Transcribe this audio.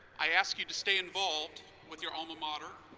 i ask you to stay involved with your alma mater.